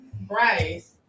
Bryce